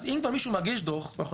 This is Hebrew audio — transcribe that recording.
אז אם מישהו כבר מגיש דוח ואנחנו